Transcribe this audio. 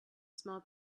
small